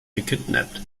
gekidnappt